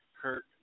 Kurt